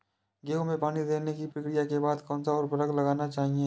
गेहूँ में पानी देने की प्रक्रिया के बाद कौन सा उर्वरक लगाना चाहिए?